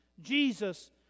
Jesus